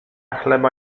chleba